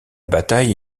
bataille